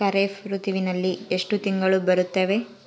ಖಾರೇಫ್ ಋತುವಿನಲ್ಲಿ ಎಷ್ಟು ತಿಂಗಳು ಬರುತ್ತವೆ?